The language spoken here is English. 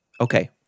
Okay